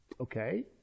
Okay